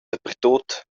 dapertut